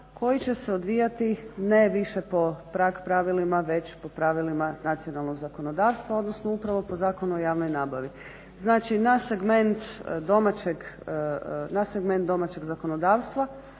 koji će se odvijati ne više po prag pravilima već po pravilima nacionalnog zakonodavstva odnosno upravo po Zakonu o javnoj nabavi. Znači na segment domaćeg zakonodavstva